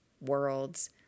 worlds